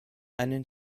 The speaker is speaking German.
einen